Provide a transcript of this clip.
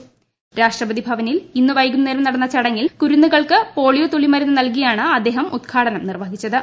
മ്യിഷ്ട്രപ്തി ഭവനിൽ ഇന്ന് വൈകുന്നേരം നടന്ന ചടങ്ങിൽ കൂരുന്നുകൾക്ക് പോളിയോ തുള്ളിമരുന്ന് നൽകിയാണ് ് അദ്ദേഹം ഉദ്ഘാടനം നിർവഹിച്ചത്